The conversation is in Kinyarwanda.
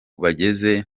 bageze